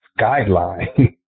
guideline